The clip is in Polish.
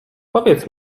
powiedz